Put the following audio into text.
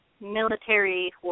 military